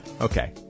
Okay